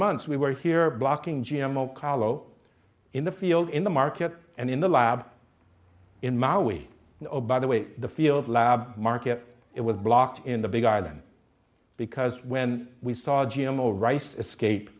months we were here blocking g m o kahlo in the field in the market and in the lab in maui a by the way the field lab market it was blocked in the big island because when we saw g m o rice escape